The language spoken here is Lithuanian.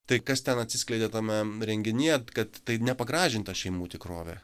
tai kas ten atsiskleidė tame renginyje kad tai nepagražinta šeimų tikrovė